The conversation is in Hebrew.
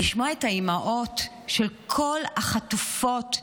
מלשמוע את האימהות של כל החטופות,